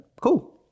cool